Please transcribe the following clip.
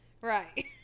Right